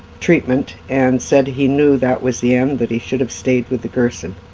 treatment and said, he knew that was the end, that he should have stayed with the gerson.